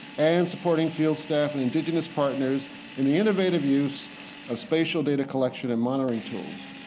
and supporting field staff and indigenous partners in the innovative use of spatial data collection and monitoring tools.